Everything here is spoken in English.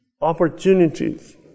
opportunities